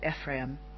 Ephraim